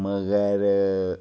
मगर